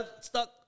stuck